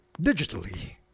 digitally